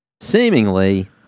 seemingly